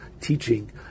teaching